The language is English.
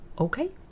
Okay